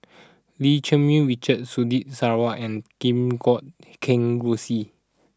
Lim Cherng Yih Richard Surtini Sarwan and Kim Guat Kheng Rosie